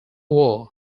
war